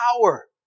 power